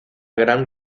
gran